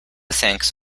thanks